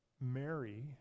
Mary